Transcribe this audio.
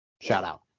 shout-out